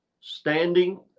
standing